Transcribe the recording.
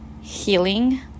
healing